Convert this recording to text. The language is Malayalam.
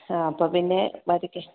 ആ അപ്പം പിന്നെ പതുക്കെ